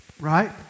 right